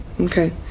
Okay